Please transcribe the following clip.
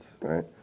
right